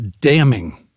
damning